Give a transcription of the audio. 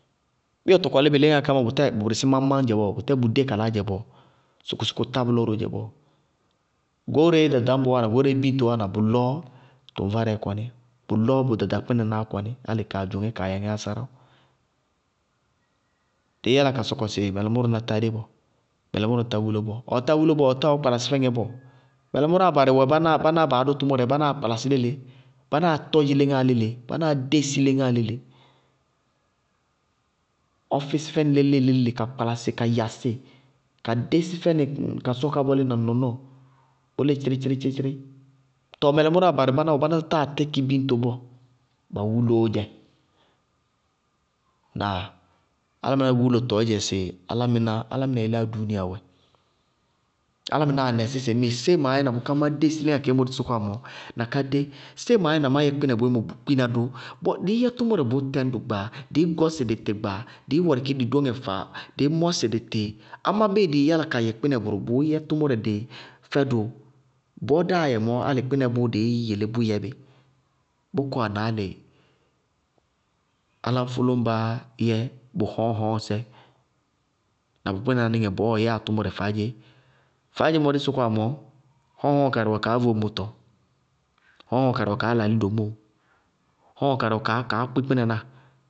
Bɩɩ ʋ tɔkɔlí bɩ léŋáa ká, bʋtɛɛ bʋ bɩrɩssí máñ-máñ dzɛ bɔɔ, bʋtɛɛ bʋdé kalaá dzɛ bɔɔ? Sʋkʋsʋkʋ tá bʋlɔ róó dzɛ bɔɔ. Goóreé ɖaɖañbɔɔ wáana, goóreé bíñtoó wáana, bʋlɔɔ tʋŋvárɛɛ kɔní, bʋlɔɔ bʋ ɖaɖakpínanáá kɔní, alɩ kaa dzʋŋɛ kaa yɛŋɛ ásáráwʋ. Ɩɩ yála ka sɔkɔ sɩ mɛlɛmʋrá tádé bɔɔ, mɛlɛmʋrá tá wúlo bɔɔ. Ɔtá wuloó bɔɔ, ɔɔ kpalasí fɛŋɛ bɔɔ? Mɛlɛmʋráá barɩ wɛ, bánáá baá dʋ tʋmʋrɛ, bánáá kpalasí léle, bánáá tɔdzɩ léŋáa léle, bánáá dési léŋáa léle: ɔɔ físí fɛnɩ léle-léle ka kpalasɩ ka yasɩ ka dési fɛnɩ ka sɔ ka bɔlí ba ŋ nɔnɔɔ, bʋ lɩ tchírí-tchírí. Tɔɔ mɛlɛmʋráá barɩ wɛ bánáá tátáa tíkɩ biñto bɔɔ, ba wuloó dzɛ. Ŋnáa? Álámɩná wúlotɔɔ dzɛ sɩ álámɩná yeléyá, áláma yeléyá dúúnia wɛ. Álámɩnás nɩsí sɩŋmɩɩ séé maá yɛ na má dési léŋáa kadzémɔ dí sɔkɔwá mɔɔ na ká dé, séé maá yɛ na má yɛ kpínɛ boémɔ vʋ kpina dʋ? Dɩɩ yɛ tʋmʋrɛ bʋʋ tɛñdʋ gbaa, dɩɩ gɔsɩ dɩ-tɩ gbaa, dɩɩ wɛrɛkí dɩ dóŋɛ faala, dɩɩ mɔɛsɩ dɩ-tɩ, amá bɩɩ dɩ yála ka yɛ kpínɛ bʋrʋ bʋʋ yɛ tʋmʋrɛ dedzé fɛdʋ. Bɔɔ dáa yɛmɔɔ, álɩ kpínɛ bʋʋ dɩɩ yelé bʋyɛ bɩ. Bʋ kɔana álɩ áláñfʋlʋñba'á yɛ bʋ hɔɔɔŋ-hɔɔɔŋsɛ, na bʋ kpínanáníŋɛ bɔɔɔ yɛá tʋmʋrɛ faádze. Faádzemɔ dí sɔkɔwá mɔɔ, hɔɔɔŋ-hɔɔɔŋ karɩ wɛ, kaá vóŋ mʋtɔ, hɔɔɔŋ-hɔɔɔŋ karɩ wɛ kaá lalí domóo, hɔɔɔŋ-hɔɔɔŋ karɩ wɛ kaá kpí kpínaná.